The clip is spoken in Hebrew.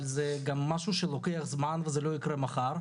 אבל זה גם משהו שלוקח זמן וזה לא יקרה מחר.